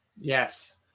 yes